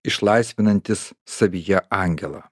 išlaisvinantis savyje angelą